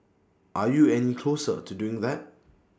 are you any closer to doing that